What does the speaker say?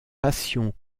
passion